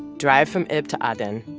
drive from ibb to aden.